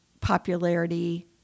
popularity